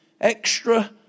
extra